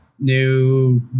new